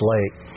Lake